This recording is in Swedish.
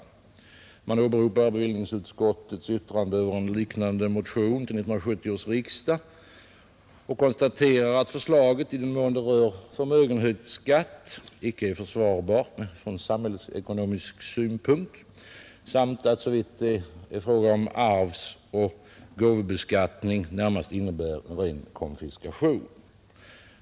Utskottet åberopar beviljningsutskottets yttrande över en liknande motion till 1970 års riksdag och konstaterar att förslaget, i den mån det rör förmögenhetsskatt, icke är försvarbart från samhällsekonomisk synpunkt samt att det, såvitt arvsoch gåvobeskattningen berörs därav, närmast innebär en konfiskation.